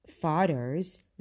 Fathers